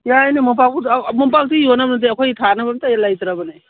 ꯌꯥꯔꯦꯅꯦ ꯃꯣꯝꯄꯥꯛ ꯐꯤꯗꯛ ꯃꯣꯝꯄꯥꯛꯇꯤ ꯌꯣꯟꯅꯕ ꯅꯠꯇꯦ ꯑꯩꯈꯣꯏꯒꯤ ꯊꯥꯅꯕ ꯑꯃꯇ ꯍꯦꯛ ꯂꯩꯇ꯭ꯔꯕꯅꯦ